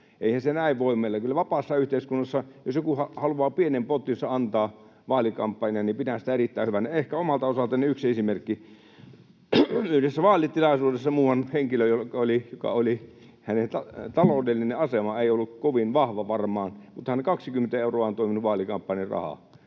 Eihän se näin voi mennä. Kyllä vapaassa yhteiskunnassa, jos joku haluaa pienen pottinsa antaa vaalikampanjaan, pidän sitä erittäin hyvänä. Ehkä omalta osaltani yksi esimerkki: yhdessä vaalitilaisuudessa oli muuan henkilö, jonka taloudellinen asema ei ollut varmaan kovin vahva, mutta hän antoi 20 euroa minun vaalikampanjaani rahaa.